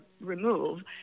remove